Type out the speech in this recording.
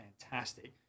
fantastic